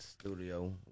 studio